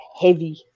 heavy